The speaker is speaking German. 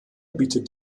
bietet